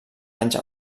anys